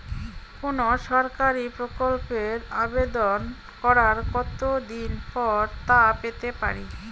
কোনো সরকারি প্রকল্পের আবেদন করার কত দিন পর তা পেতে পারি?